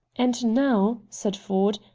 and now, said ford,